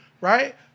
Right